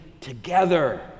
together